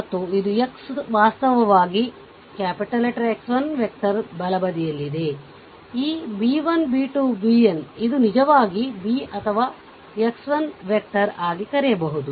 ಮತ್ತು ಇದು x ವಾಸ್ತವವಾಗಿ X1 ವೆಕ್ಟರ್ ಬಲಬದಿಯಲ್ಲಿದೆ ಈ b 1 b 2 bn ಇದು ನಿಜವಾಗಿ b ಅಥವಾ X1 ವೆಕ್ಟರ್ ಆಗಿ ಕರೆಯಬಹುದು